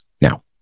Now